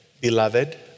beloved